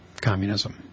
communism